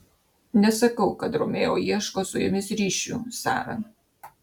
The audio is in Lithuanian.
nesakau kad romeo ieško su jumis ryšių sara